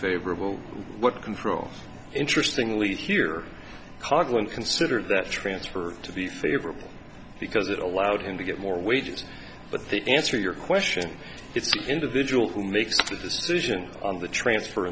favorable what controls interesting lead here coughlan consider that transfer to be favorable because it allowed him to get more wages but the answer your question it's individual who makes the decision on the transfer